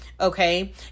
okay